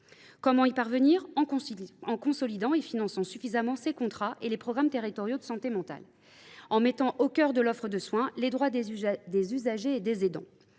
les territoires ? En consolidant et en finançant suffisamment les CLSM et les projets territoriaux de santé mentale, et en mettant au cœur de l’offre de soins les droits des usagers et des aidants.